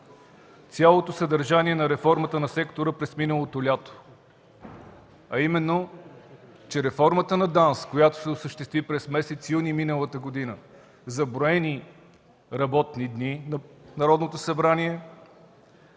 цялото съдържание на реформата на сектора през миналото лято, а именно че реформата на ДАНС, която се осъществи през месец юни миналата година за броени работни дни на Народното събрание,